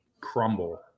crumble